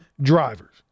drivers